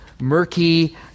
murky